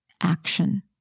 action